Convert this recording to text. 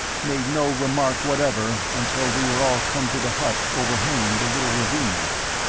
made no remark whatever until we were all come to the hut overhanging the little ravine.